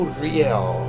real